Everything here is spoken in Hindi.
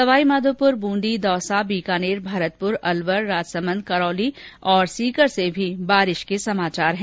सवाई माधोपुर बूंदी दौसा बीकानेर भरतपुर अलवर राजसमंद करौली और सीकर से भी बरसात की खबर मिली है